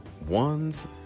one's